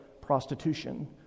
prostitution